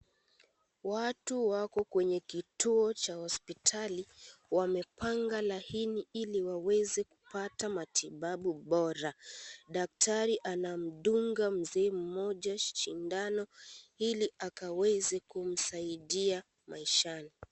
Watu wako kwenye kituo cha hospitali. Wamepanga laini Ili waweze kupata matibabu bora. Daktari anamdunga mzee mmoja sindano Ili akaweze kumsaidia maishani.